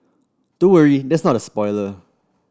don't worry that's not a spoiler